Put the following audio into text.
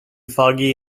foggy